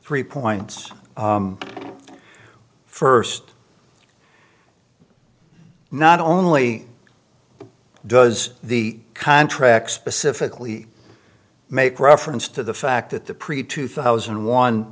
three points first not only does the contract specifically make reference to the fact that the pre two thousand and one